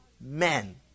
men